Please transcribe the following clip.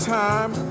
time